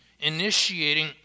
initiating